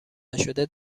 نشده